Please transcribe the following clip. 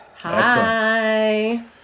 Hi